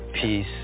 peace